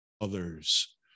others